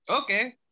okay